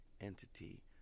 entity